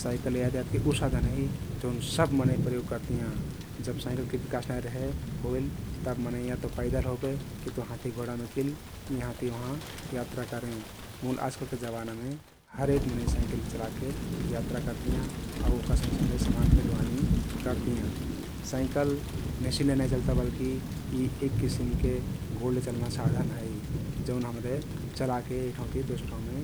साईकल यातायातके उ सधन हइ जउन सब मनै प्रयोग करतियाँ । जब साईकलके बिकास नाई रहे होइल तब मनै या ते पैदल होबे कि तो हाँथी घोडामे केल यहाँति वहाँ यात्रे करें । मुल आजकलके जमानामे हरक मनै साईकिल चलाके यात्रा करतियाँ आउ वहका सँघसँघे समान फे ढिुवानी करतियाँ । साईकल मेसिनले नाई चल्ता बल्कि यी एक किसिमके गोडले चल्ना साधन हइ जउन हम्रे चलाके एक ठाउँति दोसर ठाउँमे